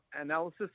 analysis